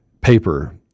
paper